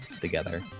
together